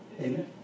Amen